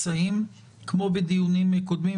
כמו בדיונים קודמים,